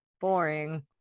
Boring